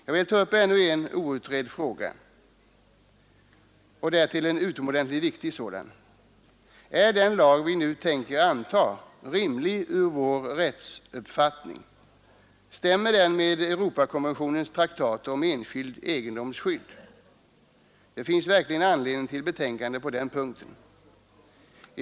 Jag vill ta upp ännu en outredd fråga, och därtill en utomordentligt viktig sådan. Är den lag vi nu tänker anta rimlig enligt vår rättsuppfattning? Stämmer den med Europakonventionens traktater om enskild egendoms skydd? Det finns verkligen anledning till betänksamhet på den punkten.